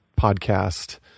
podcast